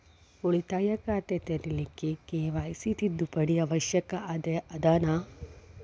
ಉಳಿತಾಯ ಖಾತೆ ತೆರಿಲಿಕ್ಕೆ ಕೆ.ವೈ.ಸಿ ತಿದ್ದುಪಡಿ ಅವಶ್ಯ ಅದನಾ?